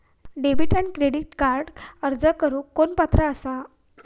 Debit आणि credit कार्डक अर्ज करुक कोण पात्र आसा?